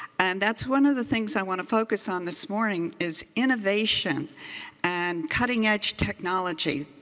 and that's one of the things i want to focus on this morning, is innovation and cutting edge technology.